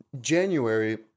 January